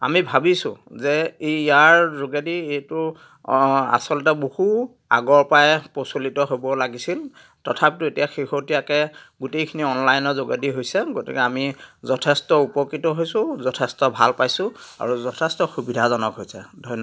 আমি ভাৱিছোঁ যে এই ইয়াৰ যোগেদি এইটো আচলতে বহু আগৰ পৰাই প্ৰচলিত হ'ব লাগিছিল তথাপিতো এতিয়া শেহতীয়াকে গোটেইখিনি অনলাইনৰ যোগেদি হৈছে গতিকে আমি যথেষ্ট উপকৃত হৈছোঁ যথেষ্ট ভাল পাইছোঁ আৰু যথেষ্ট সুবিধাজনক হৈছে ধন্য